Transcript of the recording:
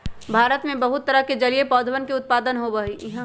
भारत में बहुत तरह के जलीय पौधवन के उत्पादन होबा हई